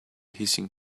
hissing